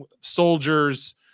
soldiers